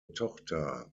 tochter